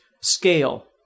scale